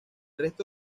resto